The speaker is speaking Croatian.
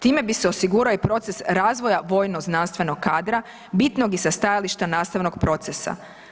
Time bi se osigurao i proces razvoja vojno znanstvenog kadra bitnog i sa stajališta nastavnog procesa.